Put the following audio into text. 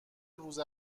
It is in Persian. روز